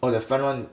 oh the front [one]